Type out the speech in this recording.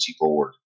board